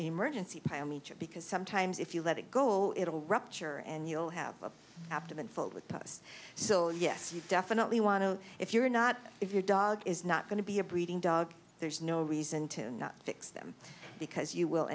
an emergency because sometimes if you let it go it'll rupture and you'll have have to unfold with us so yes you definitely want to if you're not if your dog is not going to be a breeding dog there's no reason to not fix them because you will